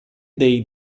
dei